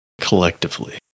Collectively